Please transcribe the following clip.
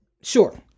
Sure